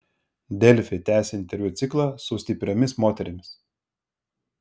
delfi tęsia interviu ciklą su stipriomis moterimis